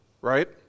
Right